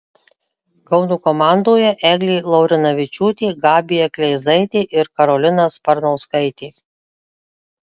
kauno komandoje eglė laurinavičiūtė gabija kleizaitė ir karolina sparnauskaitė